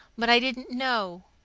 but i didn't know.